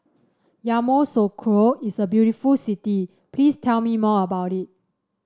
Yamoussoukro is a very beautiful city please tell me more about it